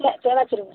இல்லை சரி வச்சுருங்க